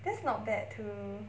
that's not bad too